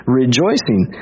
rejoicing